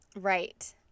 Right